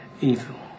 evil